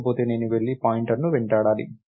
లేకపోతే నేను వెళ్లి పాయింటర్ను వెంటాడాలి